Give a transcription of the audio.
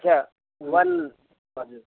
अच्छा वान हजुर हजुर